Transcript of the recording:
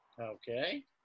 Okay